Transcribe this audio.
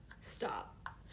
Stop